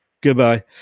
Goodbye